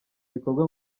bikorwa